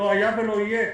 לא היה ולא אהיה.